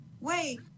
wait